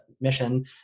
mission